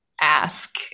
ask